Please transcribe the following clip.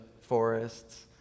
forests